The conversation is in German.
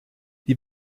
die